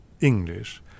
English